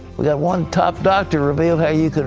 we have one top doctor revealing how you